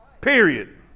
Period